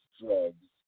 drugs